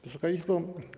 Wysoka Izbo!